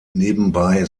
nebenbei